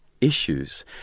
Issues